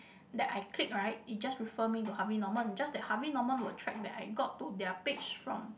that I click right it just refer me to Harvey Norman just that Harvey Norman would track that I got to their page from